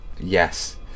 Yes